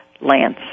Lance